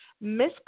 Miss